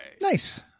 Nice